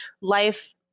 life